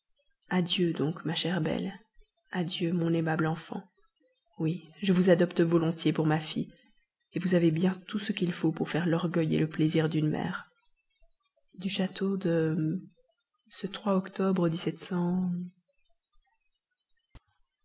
adieu donc ma chère belle adieu mon aimable enfant oui je vous adopte volontiers pour ma fille vous avez bien tout ce qu'il faut pour faire l'orgueil le plaisir d'une mère du château de